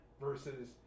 versus